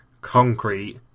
concrete